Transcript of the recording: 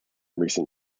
recent